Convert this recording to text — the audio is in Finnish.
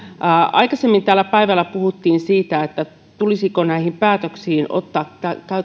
aikaisemmin päivällä täällä puhuttiin siitä tulisiko ottaa